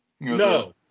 No